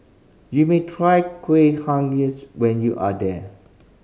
you may try Kueh Bugis when you are there